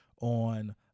on